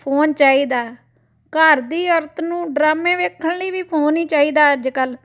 phone ਚਾਹੀਦਾ ਘਰ ਦੀ ਔਰਤ ਨੂੰ ਡਰਾਮੇ ਵੇਖਣ ਲਈ ਵੀ ਫੋਨ ਹੀ ਚਾਹੀਦਾ ਅੱਜ ਕੱਲ੍ਹ